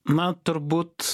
na turbūt